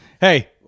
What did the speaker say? Hey